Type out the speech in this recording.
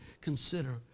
consider